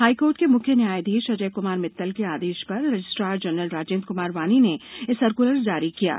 high court के मुख्य न्यायाधीश अजय कुमार मित्तल के आदेश पर रजिस्ट्रार जनरल राजेंद्र कुमार वानी ने इस का सर्कुलर जारी किया है